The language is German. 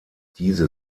diese